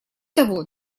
того